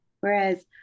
Whereas